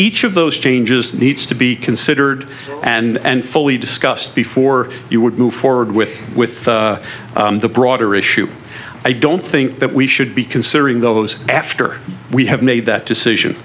each of those changes needs to be considered and fully discussed before you would move forward with with the broader issue i don't think that we should be considering those after we have made that decision